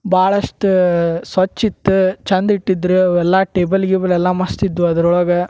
ಭಾಳಷ್ಟ ಸ್ವಚ್ಛ ಇತ್ತು ಛಂದ ಇಟ್ಟಿದ್ರ ಅವೆಲ್ಲಾ ಟೇಬಲ್ ಗೀಬಲ್ ಎಲ್ಲಾ ಮಸ್ತ್ ಇದ್ವು ಅದ್ರೊಳಗ